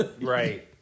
right